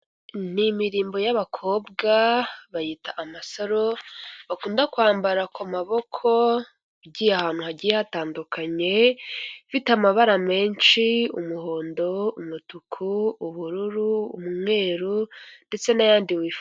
Ni imirimbo y'abakobwa bayita amasaro, bakunda kwambara ku maboko ugiye ahantu hagiye hatandukanye, ifite amabara menshi; umuhondo, umutuku, ubururu, umweru, ndetse n'ayandi wifuza.